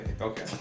Okay